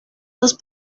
los